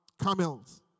camels